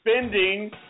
spending